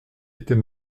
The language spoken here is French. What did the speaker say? était